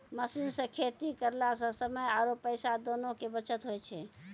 machine सॅ खेती करला स समय आरो पैसा दोनों के बचत होय छै